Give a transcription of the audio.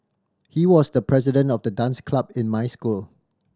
he was the president of the dance club in my school